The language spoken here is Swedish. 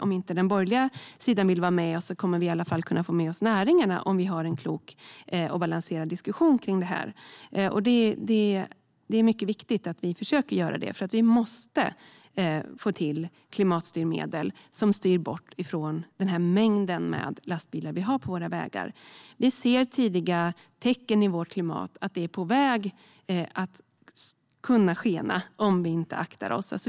Om inte den borgerliga sidan vill vara med kommer vi i alla fall att kunna få med oss näringarna om vi har en klok och balanserad diskussion. Det är mycket viktigt att vi försöker göra det, för vi måste få till klimatstyrmedel som styr bort från den mängd med lastbilar vi har på våra vägar. Vi ser tidiga tecken på att vårt klimat är på väg att kunna skena om vi inte aktar oss.